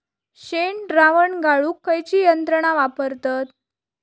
शेणद्रावण गाळूक खयची यंत्रणा वापरतत?